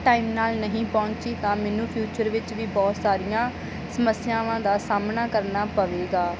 time ਨਾਲ ਨਹੀਂ ਪਹੁੰਚੀ ਤਾਂ ਮੈਨੂੰ ਫਿਊਚਰ ਵਿੱਚ ਵੀ ਬਹੁਤ ਸਾਰੀਆਂ ਸਮੱਸਿਆਵਾਂ ਦਾ ਸਾਹਮਣਾ ਕਰਨਾ ਪਵੇਗਾ